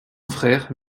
frère